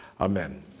Amen